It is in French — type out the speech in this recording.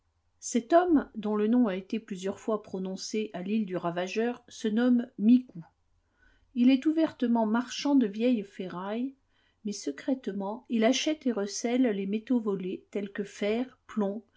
cet homme dont le nom a été plusieurs fois prononcé à l'île du ravageur se nomme micou il est ouvertement marchand de vieilles ferrailles mais secrètement il achète et recèle les métaux volés tels que fer plomb